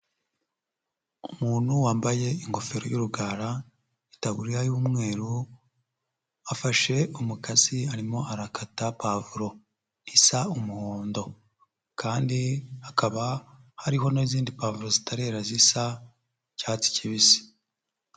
Umuntu wambaye ingofero y'urugara, itaburiya y'umweru, afashe umukasi arimo arakata pavuro, isa umuhondo kandi hakaba hariho n'izindi pavuro zitarera zisa icyatsi kibisi.